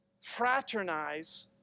fraternize